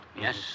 Yes